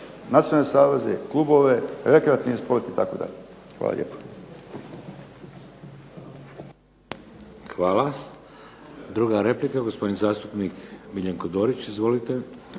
nacionalne saveze, klubove, rekreativni sport itd. Hvala lijepo. **Šeks, Vladimir (HDZ)** Hvala. Druga replika, gospodin zastupnik Miljenko Dorić. Izvolite.